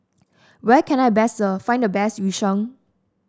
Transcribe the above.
where can I best find the best Yu Sheng